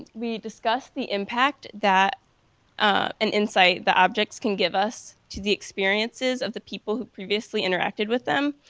we discussed the impact that an insight the objects can give us to the experiences of the people who previously interacted with them.